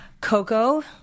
Coco